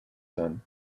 son